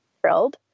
thrilled